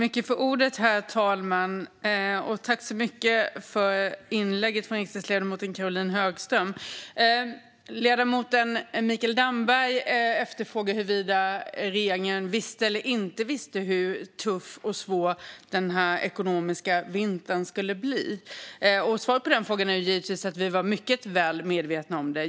Herr talman! Jag vill tacka riksdagsledamoten Caroline Högström för inlägget. Ledamoten Mikael Damberg frågar huruvida regeringen visste eller inte visste hur tuff och svår den ekonomiska vintern skulle bli. Svaret på frågan är givetvis att vi var mycket väl medvetna om det.